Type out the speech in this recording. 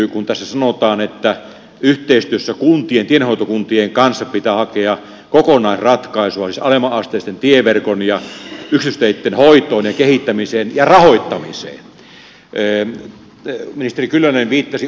kun tässä sanotaan että yhteistyössä kuntien ja tienhoitokuntien kanssa pitää hakea kokonaisratkaisua siis alemmanasteisen tieverkon ja yksityisteitten hoitoon ja kehittämiseen ja rahoittamiseen niin ministeri kyllönen viittasi uudenlaisiin ratkaisuihin